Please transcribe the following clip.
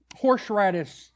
horseradish